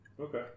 Okay